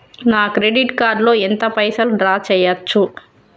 నా credit card లో ఎంత పైసల్ డ్రా చేయచ్చు?